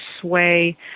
sway